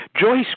Joyce